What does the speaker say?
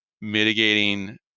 mitigating